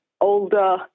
older